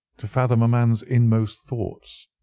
to fathom a man's inmost thoughts.